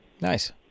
Nice